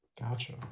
gotcha